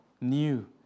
new